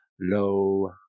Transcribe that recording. Lo